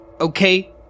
Okay